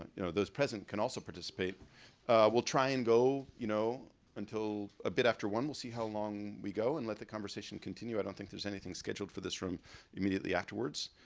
you know those present can also participate will try and go you know until a bit after one we'll see how long we go and let the conversation continue i don't think there's anything scheduled for this room immediately afterwards